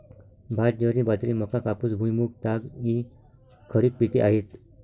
भात, ज्वारी, बाजरी, मका, कापूस, भुईमूग, ताग इ खरीप पिके आहेत